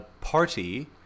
party